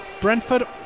Brentford